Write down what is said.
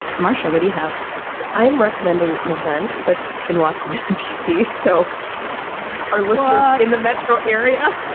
marcia what do you have i am recommending an event that's in washington d c. so our listeners in the metro area